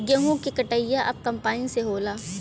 गेंहू क कटिया अब कंपाइन से होला